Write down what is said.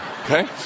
Okay